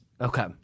Okay